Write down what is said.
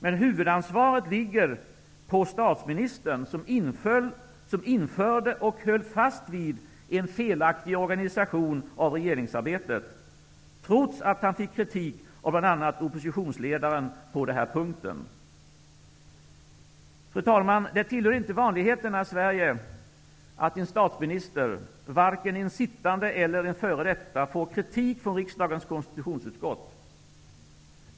Men huvudansvaret ligger på statsministern, som införde och höll fast vid en felaktig organisation av regeringsarbetet, trots att han fick kritik av bl.a. oppositionsledaren på den här punkten. Fru talman! Det tillhör inte vanlighetena i Sverige att en statsminister -- varken en sittande eller en före detta -- får kritik från riksdagens konstitutionsutskott.